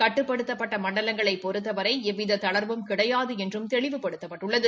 கட்டுப்படுத்தப்பட்ட மண்டலங்களைப் பொறுத்தவரை எவ்வித தளா்வும் கிடையாது என்றும் தெளிவுபடுத்தப்பட்டுள்ளது